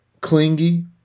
Clingy